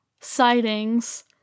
sightings